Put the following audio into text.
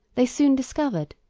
they soon discovered,